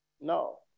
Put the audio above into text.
No